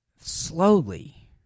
slowly